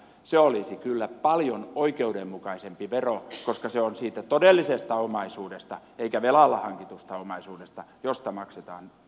se olisi kyllä paljon oikeudenmukaisempi vero koska se on siitä todellisesta omaisuudesta eikä velalla hankitusta omaisuudesta josta maksetaan omaisuusveroa